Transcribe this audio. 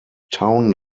town